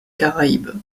caraïbes